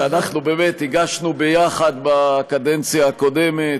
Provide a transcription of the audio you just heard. שאנחנו באמת הגשנו יחד בקדנציה הקודמת,